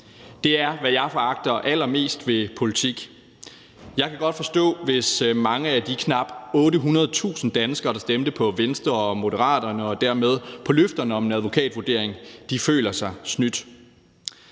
Det er, hvad jeg foragter allermest ved politik. Jeg kan godt forstå, hvis mange af de knap 800.000 danskere, der stemte på Venstre og Moderaterne og dermed på løfterne om en advokatvurdering, føler sig snydt.